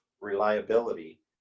reliability